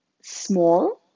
small